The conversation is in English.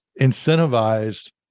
incentivized